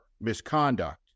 misconduct